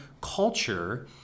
culture